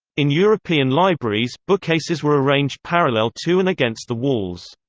in european libraries, bookcases were arranged parallel to and against the walls.